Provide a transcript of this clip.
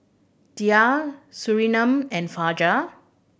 Dhia Surinam and Fajar